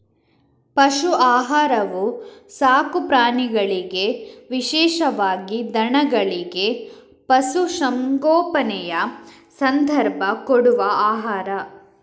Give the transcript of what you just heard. ಪಶು ಆಹಾರವು ಸಾಕು ಪ್ರಾಣಿಗಳಿಗೆ ವಿಶೇಷವಾಗಿ ದನಗಳಿಗೆ, ಪಶು ಸಂಗೋಪನೆಯ ಸಂದರ್ಭ ಕೊಡುವ ಆಹಾರ